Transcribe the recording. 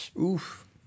Oof